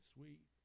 Sweet